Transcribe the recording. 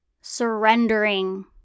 surrendering